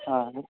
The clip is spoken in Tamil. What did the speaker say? ஆ